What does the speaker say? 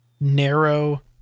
narrow